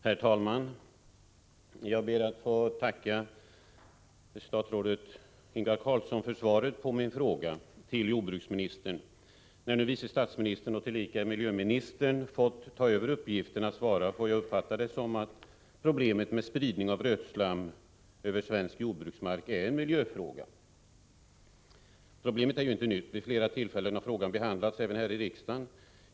Herr talman! Jag ber att få tacka statsrådet Ingvar Carlsson för svaret på min fråga till jordbruksministern. När nu vice statsministern och tillika miljöministern fått ta över uppgiften att svara får jag uppfatta det så, att problemet med spridning av rötslam över svensk jordbruksmark är en miljöfråga. Problemet är ju inte nytt. Vid flera tillfällen har frågan behandlats även här i riksdagen.